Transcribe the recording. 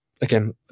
again